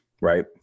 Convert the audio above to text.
right